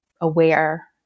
aware